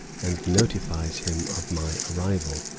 and notifies him of my arrival.